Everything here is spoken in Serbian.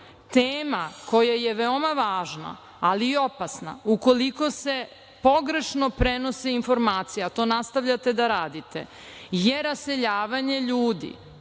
tema koja je veoma važna, ali i opasna ukoliko se pogrešno prenose informacije, a to nastavljate da radite, je raseljavanje ljudi.